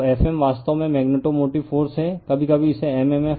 तो Fm वास्तव में मैग्नेटोमोटिव फोर्स है कभी कभी इसे mmf पर कहते हैं